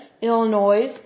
Illinois